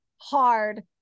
hard